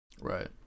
Right